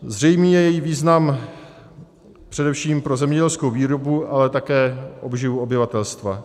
Zřejmý je její význam především pro zemědělskou výrobu, ale také obživu obyvatelstva.